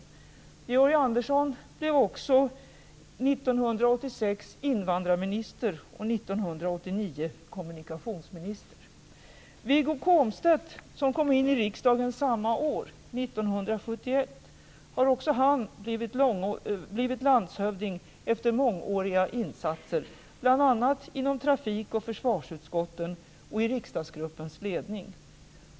Georg Andersson blev också 1986 invandrarminister och 1989 kommunikationsminister. Wiggo Komstedt, som kom in i riksdagen samma år, 1971, har också han blivit landshövding efter mångåriga insatser bl.a. inom trafik och försvarsutskotten och i riksdagsgruppens ledning.